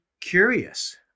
curious